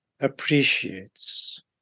appreciates